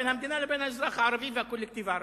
בין המדינה לבין האזרח הערבי והקולקטיב הערבי,